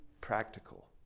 practical